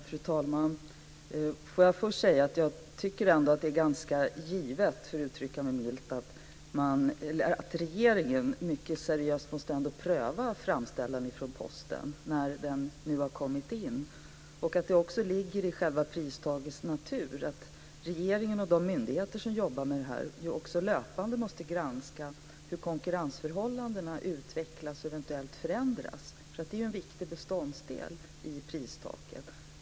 Fru talman! Först vill jag säga att jag i alla fall tycker att det är ganska givet, för att uttrycka sig milt, att regeringen mycket seriöst måste pröva framställan från Posten när den nu har kommit in. Det ligger också i själva pristakets natur att regeringen och de myndigheter som jobbar med det här löpande måste granska hur konkurrensförhållandena utvecklas och eventuellt förändras. Det är en viktig beståndsdel i pristaket.